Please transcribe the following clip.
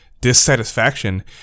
dissatisfaction